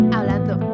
Hablando